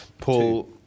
Paul